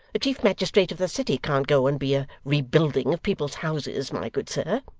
the chief magistrate of the city can't go and be a rebuilding of people's houses, my good sir.